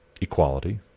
equality